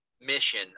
mission